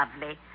lovely